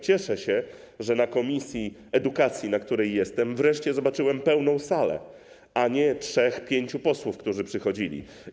Cieszę się, że na posiedzeniu komisji edukacji, w której jestem, wreszcie zobaczyłem pełną salę, a nie trzech czy pięciu posłów, którzy przychodzili.